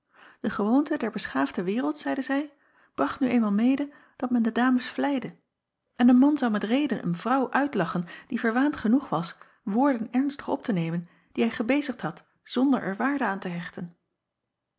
e gewoonte der beschaafde wereld zeide zij bracht nu eenmaal mede dat men de dames vleide en een man zou met reden een vrouw uit acob van ennep laasje evenster delen lachen die verwaand genoeg was woorden ernstig op te nemen die hij gebezigd had zonder er waarde aan te hechten